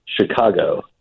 Chicago